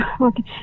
okay